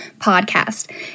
podcast